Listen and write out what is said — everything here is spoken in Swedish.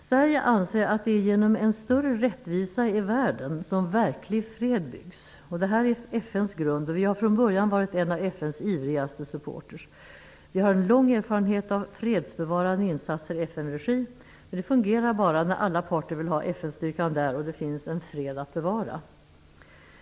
Sverige anser att det är genom en större rättvisa i världen som verklig fred byggs. Detta är FN:s grund, och vi har från början varit en av FN:s ivrigaste supportrar. Vi har en lång erfarenhet av fredsbevarande insatser i FN-regi, men de fungerar bara när alla parter vill ha FN-styrkan där och det finns en fred att bevara.